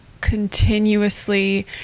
continuously